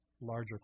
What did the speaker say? larger